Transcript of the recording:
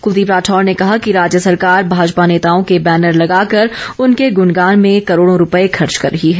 कुलदीप राठौर ने कहा कि राज्य सरकार भाजपा नेताओं के बैनर लगाकर उनके गुनगान में करोड़ों रूपये खर्चे कर रही है